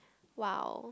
!wow!